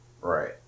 Right